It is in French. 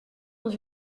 dans